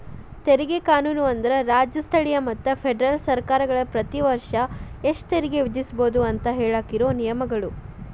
ತೆರಿಗೆ ಕಾನೂನು ಅಂದ್ರ ರಾಜ್ಯ ಸ್ಥಳೇಯ ಮತ್ತ ಫೆಡರಲ್ ಸರ್ಕಾರಗಳ ಪ್ರತಿ ವರ್ಷ ಎಷ್ಟ ತೆರಿಗೆ ವಿಧಿಸಬೋದು ಅಂತ ಹೇಳಾಕ ಇರೋ ನಿಯಮಗಳ